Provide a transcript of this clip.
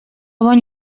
bon